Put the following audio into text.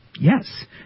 yes